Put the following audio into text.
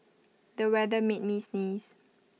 the weather made me sneeze